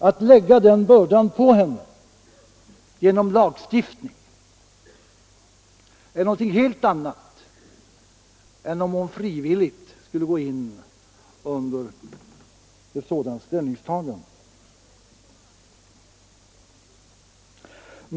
Att lägga den bördan på henne genom lagstiftning är något helt annat än om hon frivilligt skulle gå in under ett sådant ställningstagande.